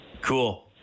Cool